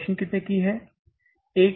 तो मशीन कितने की होने वाली है